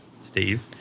Steve